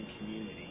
community